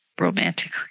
romantically